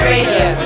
Radio